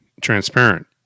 transparent